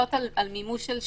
הגבלות על מימוש של שעבודים.